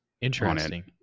Interesting